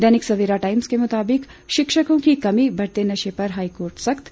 दैनिक Savera Times के मुताबिक शिक्षकों की कमी बढ़ते नशे पर हाईकोर्ट सख्त